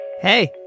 Hey